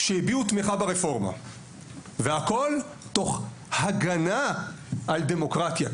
שהביעו תמיכה ברפורמה והכול תוך הגנה על דמוקרטיה,